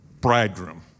bridegroom